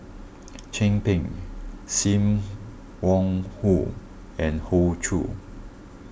Chin Peng Sim Wong Hoo and Hoey Choo